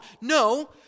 No